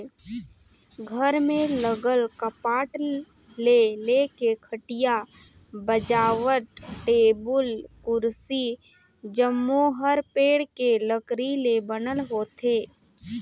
घर में लगल कपाट ले लेके खटिया, बाजवट, टेबुल, कुरसी जम्मो हर पेड़ के लकरी ले बनल होथे